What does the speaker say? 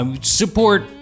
Support